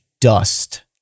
dust